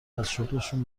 ازشغلشون